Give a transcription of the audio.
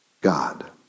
God